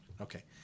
Okay